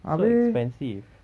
so expensive